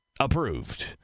approved